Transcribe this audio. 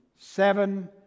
seven